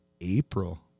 april